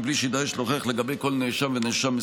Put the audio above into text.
בלי שיידרש להוכיח מסוכנות אישית לגבי כל נאשם ונאשם.